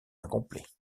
incomplets